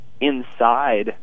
Inside